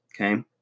Okay